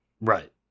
Right